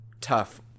tough